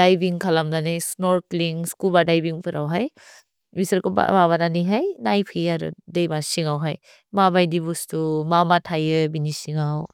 Diving खलम्दने, snorkelling, scuba diving पर होइ। भिसर् को बव बनने है, नाइ भिये अर दैम सिन्गौ होइ। मबै दिवुस्तु, ममतये बिनि सिन्गौ।